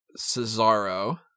Cesaro